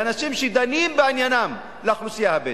לאנשים שדנים בעניינם, לאוכלוסייה הבדואית.